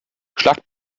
schlagt